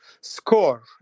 score